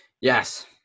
Yes